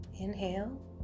inhale